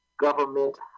government